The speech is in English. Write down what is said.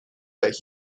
that